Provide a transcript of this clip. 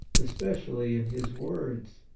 especially in his words.